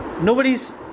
Nobody's